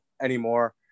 anymore